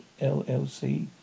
LLC